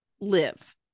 live